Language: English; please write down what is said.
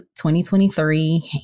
2023